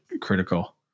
critical